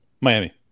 Miami